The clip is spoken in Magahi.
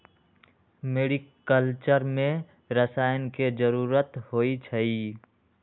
मेरिकलचर में रसायन के जरूरत होई छई